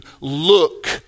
look